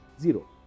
Zero